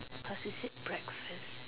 cause you said breakfast